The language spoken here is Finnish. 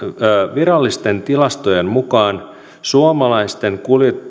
virallisten tilastojen mukaan suomalaisten